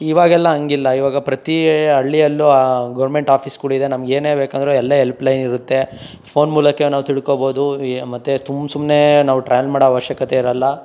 ಇವಾಗೆಲ್ಲ ಹಂಗಿಲ್ಲ ಇವಾಗ ಪ್ರತಿ ಹಳ್ಳಿಯಲ್ಲೂ ಗೌರ್ಮೆಂಟ್ ಆಫೀಸ್ಗಳಿದೆ ನಮಗೇನೇ ಬೇಕಾದರೂ ಎಲ್ಲ ಎಲ್ಪ್ಲೈನ್ ಇರುತ್ತೆ ಫೋನ್ ಮೂಲಕ ನಾವು ತಿಳ್ಕೊಬೋದು ಯ ಮತ್ತು ಸುಮ್ ಸುಮ್ಮನೆ ನಾವು ಟ್ರಾವೆಲ್ ಮಾಡೋ ಅವಶ್ಯಕತೆ ಇರಲ್ಲ